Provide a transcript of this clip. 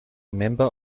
member